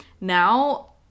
Now